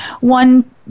one